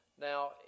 Now